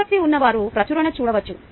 ఆసక్తి ఉన్న వారు ప్రచురణను చూడవచ్చు